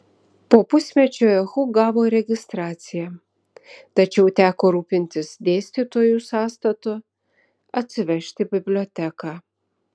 po pusmečio ehu gavo registraciją tačiau teko rūpintis dėstytojų sąstatu atsivežti biblioteką